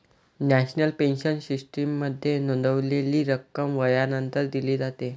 national pension सिस्टीममध्ये नोंदवलेली रक्कम वयानंतर दिली जाते